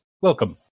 Welcome